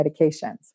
medications